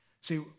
See